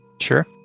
Sure